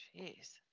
Jeez